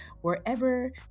wherever